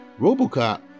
Robocop